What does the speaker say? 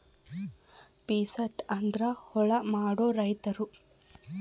peasant ಅಂದ್ರ ಹೊಲ ಮಾಡೋ ರೈತರು